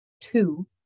Two